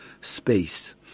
space